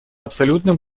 абсолютным